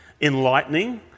enlightening